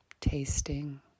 tasting